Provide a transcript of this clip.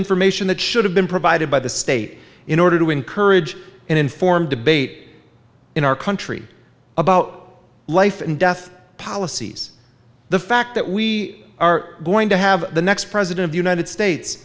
information that should have been provided by the state in order to encourage an informed debate in our country about life and death policies the fact that we are going to have the next president of united states